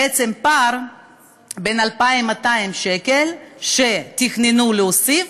בעצם פער בין 2,200 שקל שתכננו להוסיף